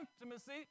intimacy